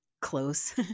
close